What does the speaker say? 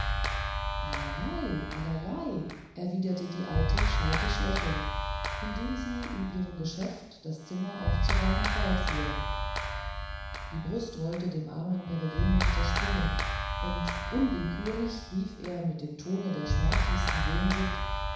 allerlei allerlei erwiderte die alte schalkisch lächelnd indem sie in ihrem geschäft das zimmer aufzuräumen fortfuhr die brust wollte dem armen peregrinus zerspringen und unwillkürlich rief er mit dem tone der schmerzliebsten sehnsucht